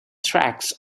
tracks